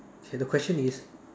okay the question is